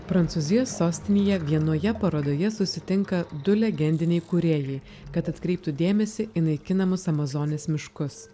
prancūzijos sostinėje vienoje parodoje susitinka du legendiniai kūrėjai kad atkreiptų dėmesį į naikinamus amazonės miškus